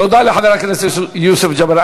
תודה לחבר הכנסת יוסף ג'בארין.